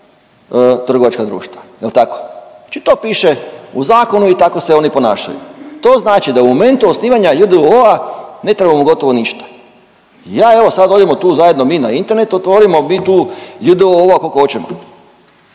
trgovačka društva, jel tako, znači to piše u zakonu i tako se oni ponašaju. To znači da u momentu osnivanja j.d.o.o.-a ne trebamo gotovo ništa. Ja evo sad odemo tu zajedno mi na Internet otvorimo, mi tu j.d.o.o.-a koliko hoćemo,